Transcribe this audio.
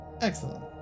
Excellent